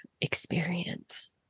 experience